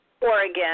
Oregon